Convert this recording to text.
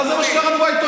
אבל זה מה שקראנו בעיתונים.